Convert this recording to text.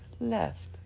left